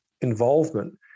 involvement